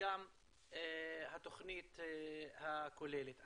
וגם התוכנית הכוללת.